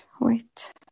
Wait